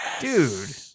Dude